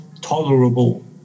tolerable